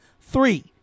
three